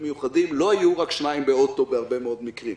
מיוחדים לא יהיו רק שניים באוטו בהרבה מאוד מקרים.